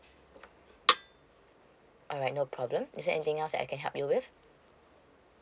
alright no problem is there anything else I can help you with